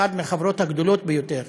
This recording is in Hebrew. אחת החברות הממשלתיות הגדולות ביותר.